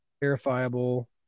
Verifiable